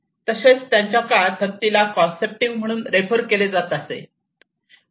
तसेच त्यांच्या काळात हत्तीला कॉंसेप्टिव म्हणून रेफर केले जात असे